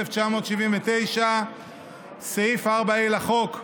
התשל"ט 1979. סעיף 4(ה) לחוק,